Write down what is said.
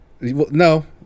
no